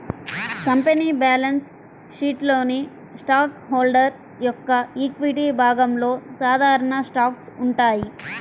company balance షీట్లోని stock holder యొక్క equity విభాగంలో సాధారణ స్టాక్స్ ఉంటాయి